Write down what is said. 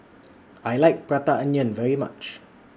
I like Prata Onion very much